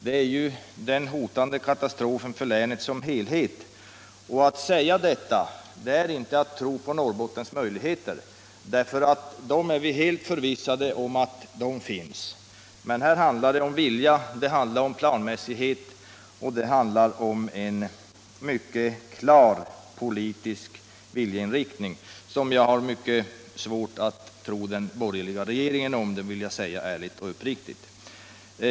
Katastrofen är ju hotande för länet som helhet, och att säga detta är inte att inte tro på Norrbottens möjligheter! Vi är helt förvissade om att de finns, men här handlar det om vilja, det handlar om planmässighet och det handlar om en mycket klar politisk viljeinriktning, som jag har mycket svårt att tro att den borgerliga regeringen har — det vill jag säga ärligt och uppriktigt.